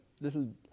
little